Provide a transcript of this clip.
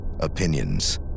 opinions